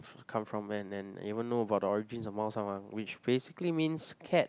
come from and and even know the about the origins of 猫山王:Mao-Shan-Wang which basically means cat